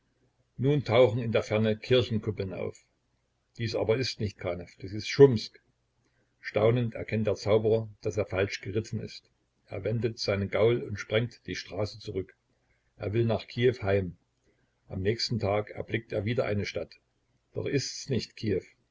nun tauchen in der ferne kirchenkuppeln auf dies aber ist nicht kanew dies ist schumsk staunend erkennt der zauberer daß er falsch geritten ist er wendet seinen gaul und sprengt die straße zurück er will nach kiew heim am nächsten tag erblickt er wieder eine stadt doch ist's nicht